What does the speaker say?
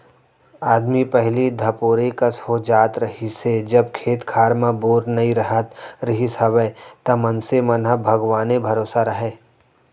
आदमी पहिली धपोरे कस हो जात रहिस हे जब खेत खार म बोर नइ राहत रिहिस हवय त मनसे मन ह भगवाने भरोसा राहय